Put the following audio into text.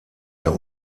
der